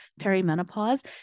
perimenopause